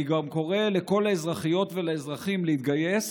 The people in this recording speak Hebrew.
אני גם קורא לכל האזרחיות והאזרחים להתגייס,